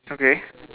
okay